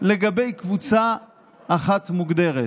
לגבי קבוצה אחת מוגדרת,